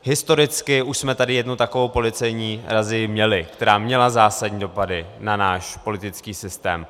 Historicky už jsme tady jednu takovou policejní razii měli, která měla zásadní dopady na náš politický systém.